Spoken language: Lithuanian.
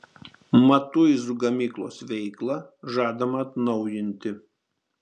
matuizų gamyklos veiklą žadama atnaujinti